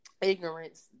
ignorance